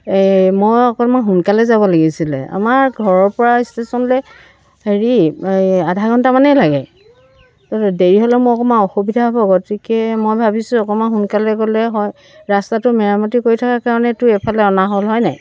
এই মই অকণমান সোনকালে যাব লাগিছিলে আমাৰ ঘৰৰপৰা ষ্টেচনলৈ হেৰি এই আধা ঘণ্টামানেই লাগে দেৰি হ'লে মোৰ অকণমান অসুবিধা হ'ব গতিকে মই ভাবিছোঁ অকণমান সোনকালে গ'লে হয় ৰাস্তাটো মেৰামতি কৰি থকা কাৰণেতো এইফালে অনা হ'ল হয় নাই